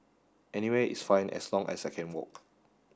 anywhere is fine as long as I can walk